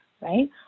right